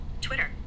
Twitter